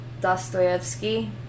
Dostoevsky